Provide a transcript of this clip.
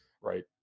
Right